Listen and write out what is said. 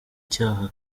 cyaha